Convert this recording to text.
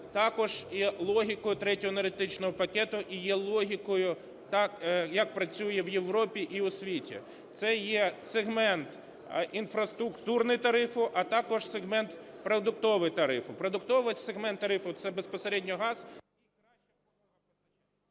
також і логікою Третього енергетичного пакету, і є логікою, як працює в Європі, і у світі. Це є сегмент інфраструктурного тарифу, а також сегмент продуктового тарифу. Продуктовий сегмент тарифу - це безпосередньо газ…